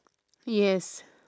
yes